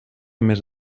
més